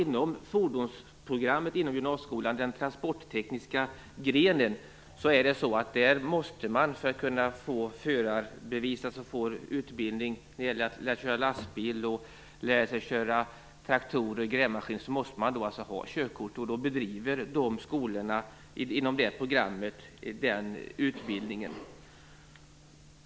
Inom fordonsprogrammet på den transporttekniska grenen i gymnasieskolan måste man ha körkort för att få förarutbildning på lastbil, traktorer och grävmaskin. Inom detta program bedriver skolorna sådan utbildning.